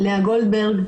לאה גולדברג,